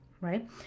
right